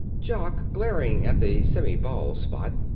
jock, glaring at the semi-bald spot,